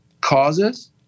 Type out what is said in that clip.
causes